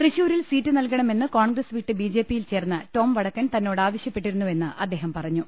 തൃശൂരിൽ സീറ്റ് നൽകണമെന്ന് കോൺഗ്രസ് വിട്ട് ബി ജെപി യിൽ ചേർന്ന ടോം വടക്കൻ തന്നോട് ആവശ്യപ്പെട്ടിരുന്നുവെന്ന് അദ്ദേഹം പറഞ്ഞു